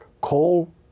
coal